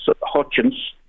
Hutchins